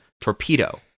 torpedo